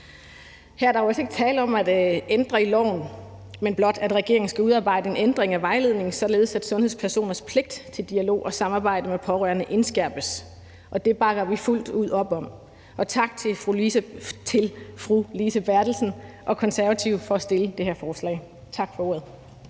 Her er der jo altså ikke tale om at ændre i loven, men blot, at regeringen skal udarbejde en ændring af vejledningen, således at sundhedspersoners pligt til dialog og samarbejde med pårørende indskærpes, og det bakker vi fuldt ud op om. Og tak til fru Lise Bertelsen og Konservative for at fremsætte det her forslag. Tak for ordet.